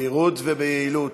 חושב שצריך להגביר את הפעילות,